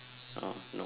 orh nope